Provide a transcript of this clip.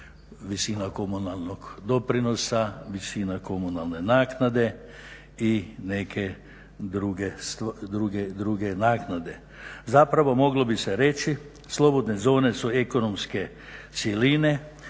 visina komunalnog doprinosa, visina komunalne naknade i neke druge naknade. Zapravo moglo bi se reći slobodne zone su ekonomske cjeline